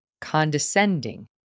condescending